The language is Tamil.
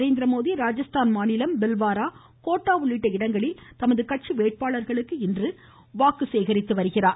நரேந்திரமோடி ராஜஸ்தான் மாநிலம் பில்வாரா கோட்டா உள்ளிட்ட இடங்களில் தமது கட்சி வேட்பாளர்களுக்கு வாக்கு சேகரிக்கிறார்